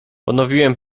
ponowiłem